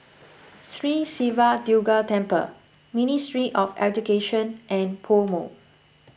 Sri Siva Durga Temple Ministry of Education and PoMo